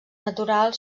natural